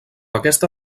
aquesta